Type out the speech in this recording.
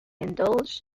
indulged